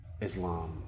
Islam